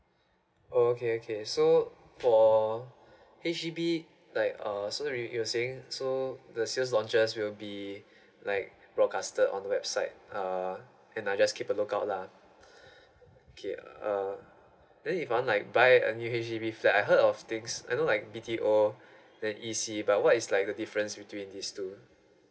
okay okay so for H_D_B like uh so you were saying so the sales launches will be like broadcasted on the website uh and I just keep a lookout lah okay uh then if I'm like buy a new H_D_B flat I heard of things I know like B_T_O then E_C but what is like the difference between these two ah